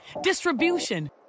distribution